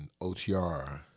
OTR